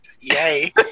Yay